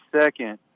second